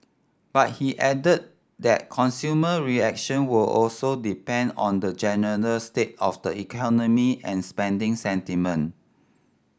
but he added that consumer reaction will also depend on the general state of the economy and spending sentiment